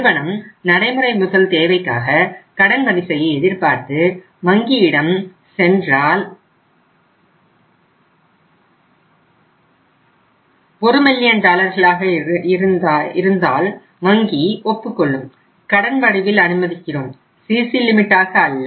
நிறுவனம் நடைமுறை முதல் தேவைக்காக கிரெடிட் லைன் அல்ல